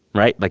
right? like